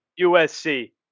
USC